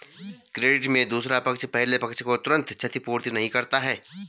credit में दूसरा पक्ष पहले पक्ष को तुरंत प्रतिपूर्ति नहीं करता है